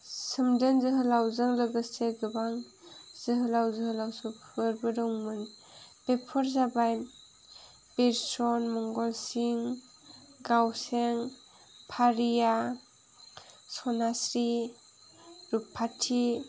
सोमदोन जोहोलावजों लोगोसे गोबां जोहोलाव जोहोलावजोफोरबो दंमोन बेफोर जाबाय बिरसन मंगलसिं गावसें फारिया सनाश्री रुफाथि